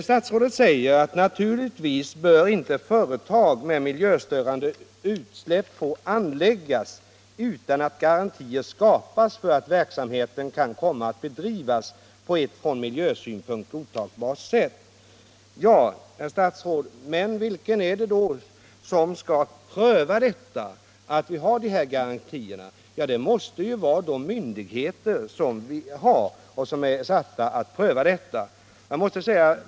Statsrådet säger vidare: ”Naturligtvis bör inte företag med miljöstörande utsläpp få anläggas utan att garantier skapats för att verksamheten kan komma att bedrivas på ett från miljösynpunkt godtagbart sätt.” Men vem är det då. herr statsråd, som skall pröva att vi har dessa garantier? Det måste ju vara de myndigheter som är satta att göra den prövningen.